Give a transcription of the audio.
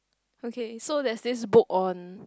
okay so there's this book on